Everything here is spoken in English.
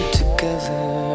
together